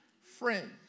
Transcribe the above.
friends